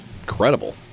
incredible